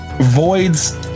voids